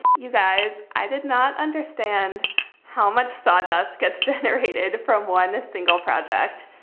you guys, i did not understand how much sawdust get generated from one single project.